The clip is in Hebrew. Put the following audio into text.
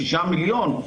שישה מיליון,